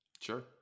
Sure